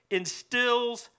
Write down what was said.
instills